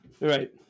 Right